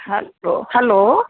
hello hello